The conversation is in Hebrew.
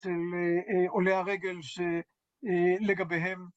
עולי הרגל שלגביהם...